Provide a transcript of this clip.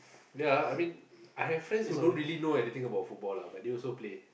ya I mean I have friends who don't really know anything about football lah but they also play